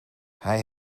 hij